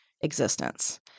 existence